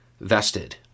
vested